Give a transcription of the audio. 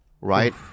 right